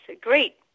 great